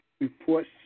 reports